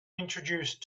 introduce